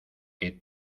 que